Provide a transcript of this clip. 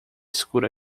escuro